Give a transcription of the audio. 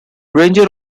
ranger